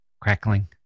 crackling